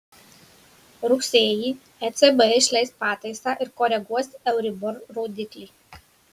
rugsėjį ecb išleis pataisą ir koreguos euribor rodiklį